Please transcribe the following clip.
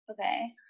okay